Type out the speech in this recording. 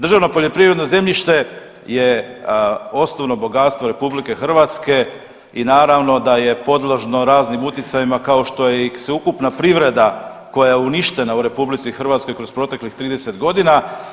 Državno poljoprivredno zemljište je osnovno bogatstvo RH i naravno da je podložno raznim utjecajima kao što je i sveukupna privreda koja je uništena u RH kroz proteklih 30 godina.